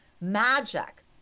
Magic